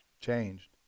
changed